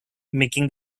making